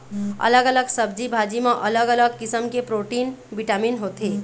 अलग अलग सब्जी भाजी म अलग अलग किसम के प्रोटीन, बिटामिन होथे